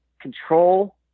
control